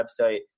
website